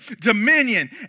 dominion